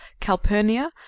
calpurnia